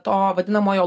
to vadinamojo